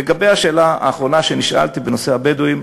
לגבי השאלה האחרונה שנשאלתי, בנושא הבדואים,